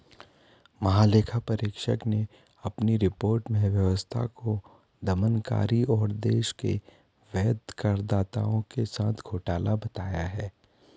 महालेखा परीक्षक ने अपनी रिपोर्ट में व्यवस्था को दमनकारी और देश के वैध करदाताओं के साथ घोटाला बताया है